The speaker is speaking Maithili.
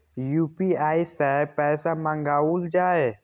यू.पी.आई सै पैसा मंगाउल जाय?